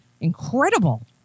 Incredible